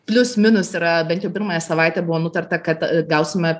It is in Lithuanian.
plius minus yra bent jau pirmąją savaitę buvo nutarta kad gausime